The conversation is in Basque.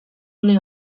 une